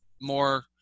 more